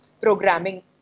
programming